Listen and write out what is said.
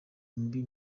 mibi